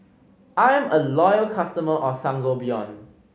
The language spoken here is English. I am a loyal customer of Sangobion